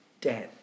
death